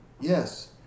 Yes